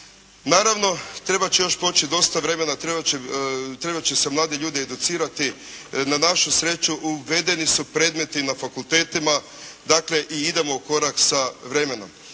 Naravno, trebat će još proći dosta vremena, trebat će se mladi ljudi educirati. Na našu sreću, uvedeni su predmeti na fakultetima. Dakle i idemo korak sa vremenom.